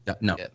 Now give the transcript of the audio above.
No